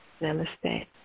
Namaste